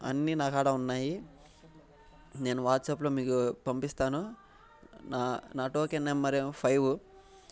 అన్ని నాకాడ ఉన్నాయి నేను వాట్సాప్లో మీకు పంపిస్తాను నా టోకెన్ నెంబర్ ఏమో ఫైవు